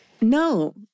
No